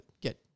get